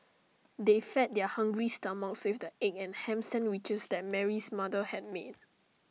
they fed their hungry stomachs egg and Ham Sandwiches that Mary's mother have made